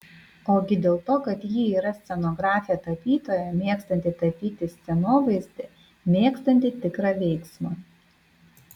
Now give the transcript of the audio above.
ogi dėl to kad ji yra scenografė tapytoja mėgstanti tapyti scenovaizdį mėgstanti tikrą veiksmą